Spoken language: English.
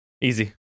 Easy